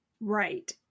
Right